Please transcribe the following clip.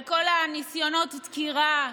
על כל ניסיונות הדקירה,